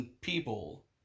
people